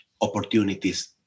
opportunities